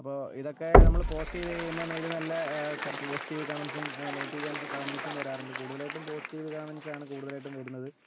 ഇപ്പോൾ ഇതൊക്കെ നമ്മള് പോസ്റ്റ് ചെയ്തുകഴിയുമ്പോൾ നല്ല എന്തായാലും നല്ല പോസിറ്റീവ് കംമെന്റ്സും നെഗറ്റീവ് കമെന്റ്സും വരാറുണ്ട് കൂടുതലായിട്ടും പോസിറ്റീവ് കമ്മെന്റ്സാണ് കൂടുതലായിട്ടും വരുന്നത്